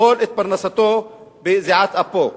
לאכול את פרנסתו בזיעת אפיו.